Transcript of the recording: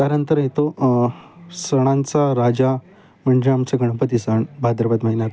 कारनंतर येतो सणांचा राजा म्हणजे आमचं गणपती सण भाद्रभत महिन्यात